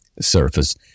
surface